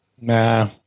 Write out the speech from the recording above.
Nah